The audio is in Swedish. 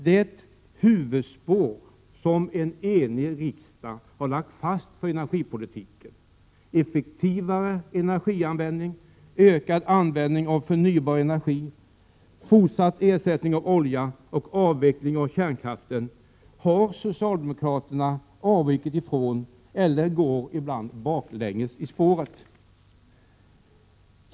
Det huvudspår som en enig riksdag har lagt fast för energipolitiken — effektivare energianvändning, ökad användning av förnybar energi, fortsatt ersättning av olja och avveckling av kärnkraften — har socialdemokraterna avvikit ifrån, eller också går de baklänges i spåret.